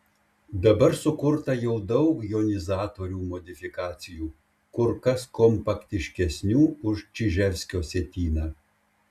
dabar sukurta jau daug jonizatorių modifikacijų kur kas kompaktiškesnių už čiževskio sietyną